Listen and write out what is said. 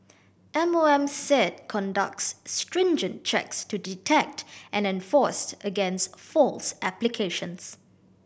M O M said conducts stringent checks to detect and enforce against false applications